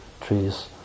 trees